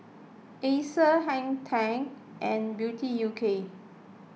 Acer Hang ten and Beauty U K